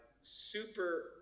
super